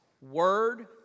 Word